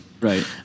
Right